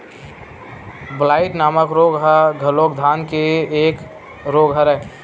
blight नामक रोग ह घलोक धान के एक रोग हरय